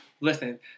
Listen